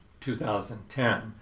2010